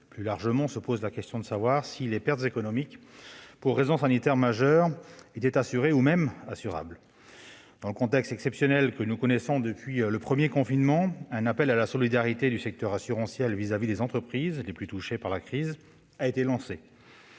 Plus largement se pose la question de savoir si les pertes économiques pour raison sanitaire majeure étaient assurées ou même assurables. Dans le contexte exceptionnel que nous connaissons depuis le premier confinement, un appel à la solidarité du secteur assurantiel par rapport aux entreprises les plus touchées par la crise a été lancé